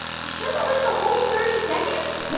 you sure that was the whole thirty seconds?